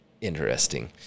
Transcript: interesting